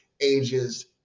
ages